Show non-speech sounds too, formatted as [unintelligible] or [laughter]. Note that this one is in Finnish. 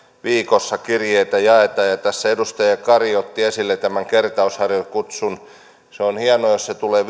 viikossa kirjeitä jaetaan tässä edustaja kari otti esille tämän kertausharjoituskutsun se on hienoa jos se tulee [unintelligible]